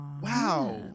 wow